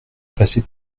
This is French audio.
passer